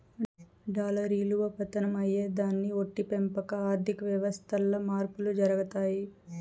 dollar ఇలువ పతనం అయ్యేదాన్ని బట్టి పెపంచ ఆర్థిక వ్యవస్థల్ల మార్పులు జరగతాయి